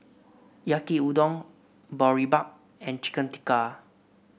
Yaki Udon Boribap and Chicken Tikka